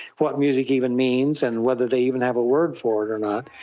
what music even means and whether they even have a word for it or not.